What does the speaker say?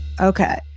Okay